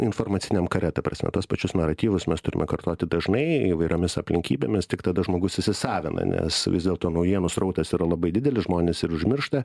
informaciniam kare ta prasme tuos pačius naratyvus mes turime kartoti dažnai įvairiomis aplinkybėmis tik tada žmogus įsisavina nes vis dėlto naujienų srautas yra labai didelis žmonės ir užmiršta